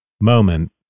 moment